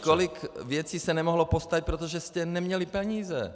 Kolik věcí se nemohlo postavit, protože jste neměli peníze.